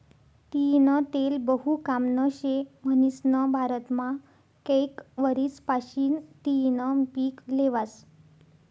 तीयीनं तेल बहु कामनं शे म्हनीसन भारतमा कैक वरीस पाशीन तियीनं पिक ल्हेवास